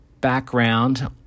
background